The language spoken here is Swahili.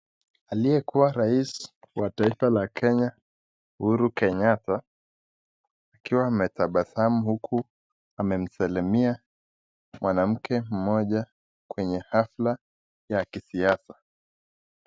Aliyekuwa rais wa taifa la Kenya Uhuru Kenyata, akiwa ametabasamu huku amesalimja mwanamke mmoja kwenye hafla ya kisiasa.